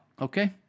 okay